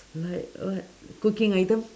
like what cooking item